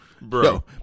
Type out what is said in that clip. Bro